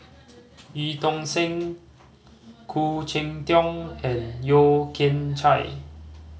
Eu Tong Sen Khoo Cheng Tiong and Yeo Kian Chai